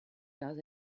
does